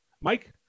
Mike